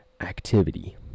activity